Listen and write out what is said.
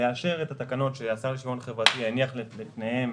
לאשר את התקנות שהשר לשוויון חברתי הניח בפניהם,